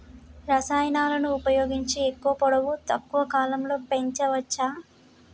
రసాయనాలను ఉపయోగించి ఎక్కువ పొడవు తక్కువ కాలంలో పెంచవచ్చా?